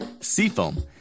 Seafoam